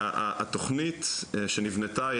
המשרדים והתוכנית שנבנתה,